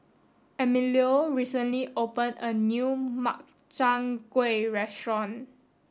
Emilio recently opened a new Makchang gui restaurant